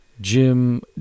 Jim